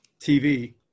TV